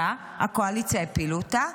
הקואליציה הפילה אותה.